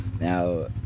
Now